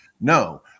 no